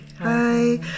Hi